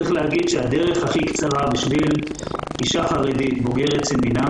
צריך להגיד שהדרך הכי קצרה בשביל אישה חרדית בוגרת סמינר